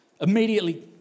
Immediately